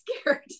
scared